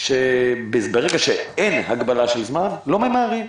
שברגע שאין הגבלה של זמן לא ממהרים.